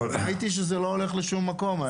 ראיתי שזה לא הולך לשום מקום.